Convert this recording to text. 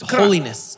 holiness